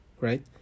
right